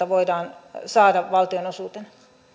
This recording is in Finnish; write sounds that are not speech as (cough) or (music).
(unintelligible) voidaan saada valtionosuutena